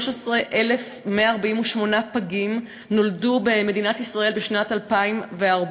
13,148 פגים נולדו במדינת ישראל בשנת 2014,